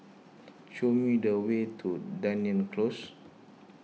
show me the way to Dunearn Close